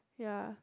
ya